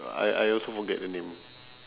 I I also forget the name